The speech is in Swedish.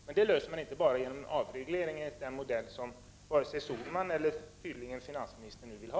Men detta löser man inte bara genom avreglering enligt den modell som inte vare sig Sohlman eller finansministern nu vill ha.